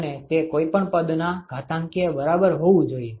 અને તે કોઈ પણ પદના ઘાતાંકીય બરાબર હોવું જોઈએ